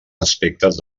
aspectes